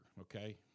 okay